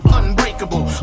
unbreakable